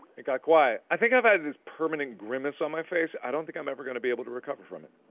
it got quiet. i think i've had this permanent grimace on my face. i don't think i'm ever gonna be able to recover from it.